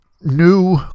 new